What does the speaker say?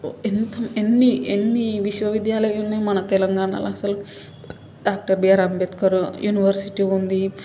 ఎంత ఎన్ని ఎన్ని విశ్వవిద్యాలయాలు ఉన్నాయి మన తెలంగాణలో అస్సలు డాక్టర్ బిఆర్ అంబేద్కర్ యూనివర్సిటీ ఉంది